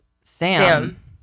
Sam